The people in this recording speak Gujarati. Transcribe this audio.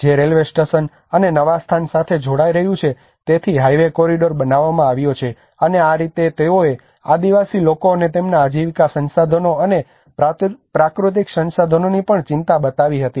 જે રેલ્વે સ્ટેશન અને નવા સ્થાન સાથે જોડાઈ રહ્યું છે તેથી હાઇવે કોરિડોર બનાવવામાં આવ્યો છે અને આ રીતે તેઓએ આદિવાસી લોકો અને તેમના આજીવિકા સંસાધનો અને પ્રાકૃતિક સંસાધનોની પણ ચિંતા બતાવી હતી